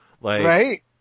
Right